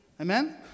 Amen